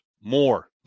More